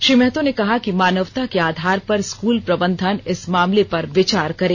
श्री महतो ने कहा कि मानवता के आधार पर स्कूल प्रबंधन इस मामले पर विचार करे